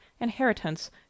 inheritance